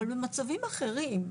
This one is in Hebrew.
אבל במצבים אחרים,